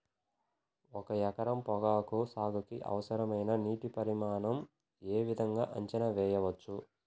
ఒక ఎకరం పొగాకు సాగుకి అవసరమైన నీటి పరిమాణం యే విధంగా అంచనా వేయవచ్చు?